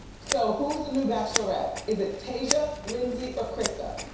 so who's the new bachelorette. is it tasia, lindsay or krista?